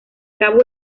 cabo